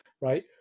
right